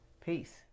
Peace